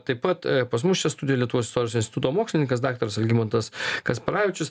taip pat pas mus čia studijoj lietuvos instituto mokslininkas daktaras algimantas kasparavičius